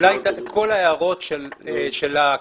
אולי כל ההערות של ההקמה,